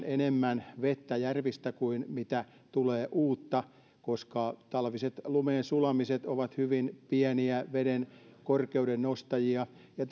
enemmän vettä järvistä kuin mitä tulee uutta koska talviset lumien sulamiset ovat hyvin pieniä vedenkorkeuden nostajia ja